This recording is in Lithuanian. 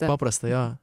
paprasta jo